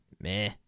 Meh